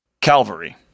Calvary